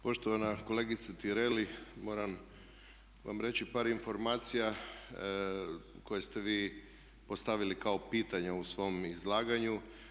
Poštovana kolegice Tireli, moram vam reći par informacija koje ste vi postavili kao pitanje u svom izlaganju.